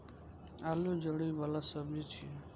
आलू जड़ि बला सब्जी छियै